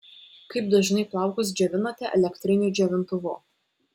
kaip dažnai plaukus džiovinate elektriniu džiovintuvu